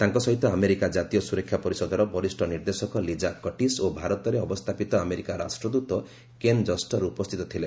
ତାଙ୍କ ସହିତ ଆମେରିକା ଜାତୀୟ ସୁରକ୍ଷା ପରିଷଦର ବରିଷ୍ଠ ନିର୍ଦ୍ଦେଶକ ଲିଜା କଟିସ୍ ଓ ଭାରତରେ ଅବସ୍ଥାପିତ ଆମେରିକା ରାଷ୍ଟ୍ରଦୃତ କେନ୍ ଜଷ୍ଟର ଉପସ୍ଥିତ ଥିଲେ